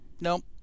Nope